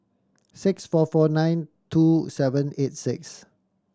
six four four nine two seven eight six